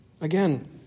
Again